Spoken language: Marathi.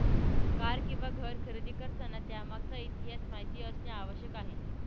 कार किंवा घर खरेदी करताना त्यामागचा इतिहास माहित असणे आवश्यक आहे